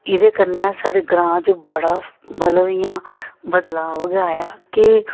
एह्दे कन्नै साढ़े ग्रांऽ च बड़ा मतलब इ'यां बदलाव गै आया कि